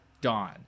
dawn